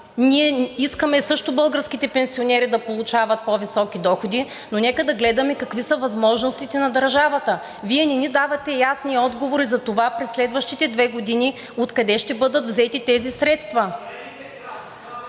ние искаме също българските пенсионери да получават по-високи доходи, но нека да гледаме какви са възможностите на държавата. Вие не ни давате ясни отговори за това през следващите две години откъде ще бъдат взети тези средства?